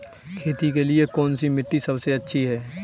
खेती के लिए कौन सी मिट्टी सबसे अच्छी है?